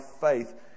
faith